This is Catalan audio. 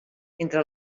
entre